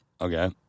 Okay